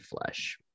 flesh